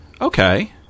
Okay